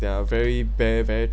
their very bare very